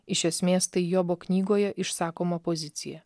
iš esmės tai jobo knygoje išsakoma pozicija